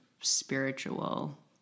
spiritual